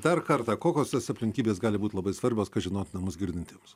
dar kartą kokios tos aplinkybės gali būt labai svarbios kad žinot na mus girdintiems